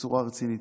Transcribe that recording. בצורה רצינית.